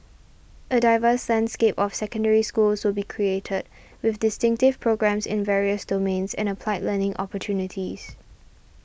a diverse landscape of Secondary Schools will be created with distinctive programmes in various domains and applied learning opportunities